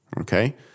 okay